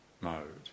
mode